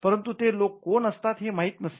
परंतु ते लोक कोण असतात हे माहित नसते